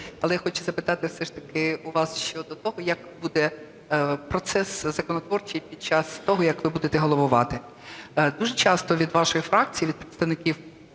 Але я хочу запитати все ж таки у вас щодо того, як буде процес законотворчий під час того, як ви будете головувати? Дуже часто від вашої фракції, від представників,